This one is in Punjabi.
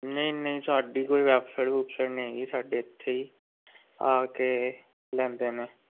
ਨਹੀਂ ਨਹੀਂ ਸਾਡੀ ਕੋਈ ਵੈਬਸਾਈਡ ਵੁਵਸਾਈਡ ਨਹੀਂ ਸਾਡੇ ਇੱਥੇ ਹੀ ਆ ਕੇ ਲੈਂਦੇ ਨੇ